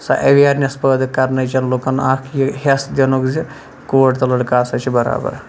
سۄ اویرنیٚس پٲدٕ کَرنٕچ لُکَن اکھ یہِ ہٮ۪س دِنُک زِ کوٗر تہٕ لڑکہٕ ہَسا چھِ بَرابَر